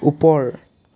ওপৰ